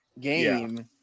game